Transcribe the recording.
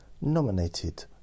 nominated